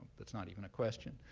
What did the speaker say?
that's not even a question.